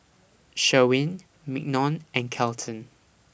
Sherwin Mignon and Kelton